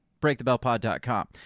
BreakTheBellPod.com